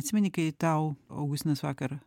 atsimeni kai tau augustinas vakar